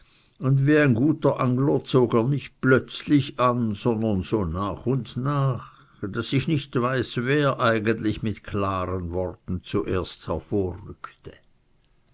und wie ein guter angler zog er nicht plötzlich an sondern so nach und nach daß ich nicht weiß wer eigentlich mit klaren worten zuerst